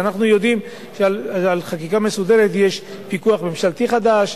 אנחנו יודעים שעל חקיקה מסודרת יש פיקוח ממשלתי חדש,